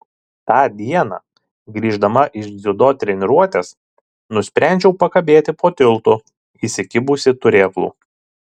tą dieną grįždama iš dziudo treniruotės nusprendžiau pakabėti po tiltu įsikibusi turėklų